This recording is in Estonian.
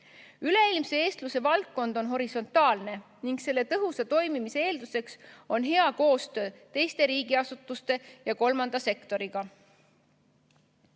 eestluse valdkond on horisontaalne ning selle tõhusa toimimise eelduseks on hea koostöö teiste riigiasutuste ja kolmanda sektoriga.